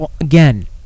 Again